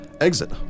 exit